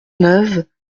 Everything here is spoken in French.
neuve